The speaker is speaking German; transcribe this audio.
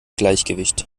gleichgewicht